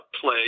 Play